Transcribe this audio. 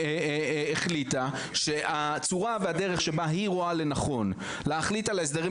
-- החליטה שהצורה והדרך שבה היא רואה לנכון להחליט על ההסדרים